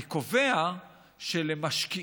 אני קובע שלמשקיעים